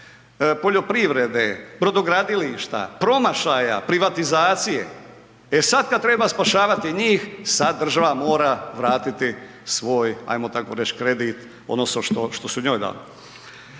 poljoprivrede, brodogradilišta, promašaja privatizacije, e sad kad treba spašavati njih, sad država mora vratiti svoj, ajmo tako reći, kredit odnosno što su njoj dali.